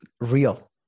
real